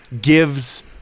gives